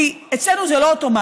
כי אצלנו זה לא אוטומטי,